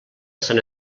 sant